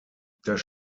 das